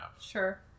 Sure